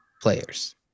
players